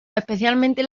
especialmente